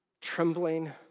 trembling